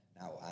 Now